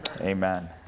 Amen